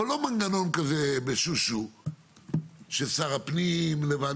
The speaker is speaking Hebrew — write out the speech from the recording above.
אבל לא מנגנון כזה בשושו ששר הפנים לבד,